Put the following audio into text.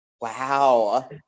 Wow